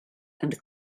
and